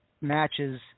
matches